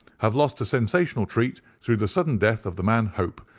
have lost a sensational treat through the sudden death of the man hope,